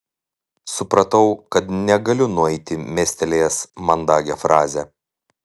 supratau kad negaliu nueiti mestelėjęs mandagią frazę